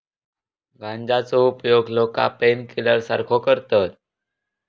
गांजाचो उपयोग लोका पेनकिलर सारखो करतत